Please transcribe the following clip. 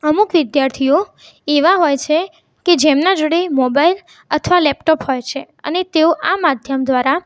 અમૂક વિદ્યાર્થીઓ એવા હોય છે કે જેમના જોડે મોબાઇલ અથવા લેપટોપ હોય છે અને તેઓ આ માધ્યમ દ્વારા